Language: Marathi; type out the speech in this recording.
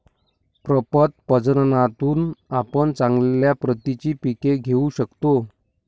प्रपद प्रजननातून आपण चांगल्या प्रतीची पिके घेऊ शकतो